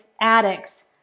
addicts